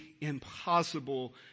impossible